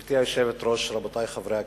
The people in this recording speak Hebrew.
גברתי היושבת-ראש, רבותי חברי הכנסת,